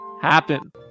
happen